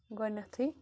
گۄڈٕنٮ۪تھٕے